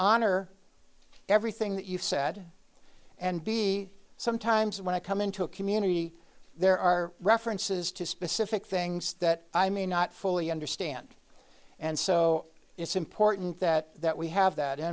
honor everything that you've said and be sometimes when i come into a community there are references to specific things that i may not fully understand and so it's important that that we have that